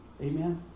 Amen